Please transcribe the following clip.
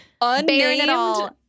unnamed